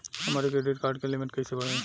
हमार credit card के limit कइसे बढ़ी?